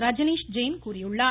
ரஜனீஷ் ஜெயின் கூறியுள்ளார்